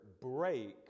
break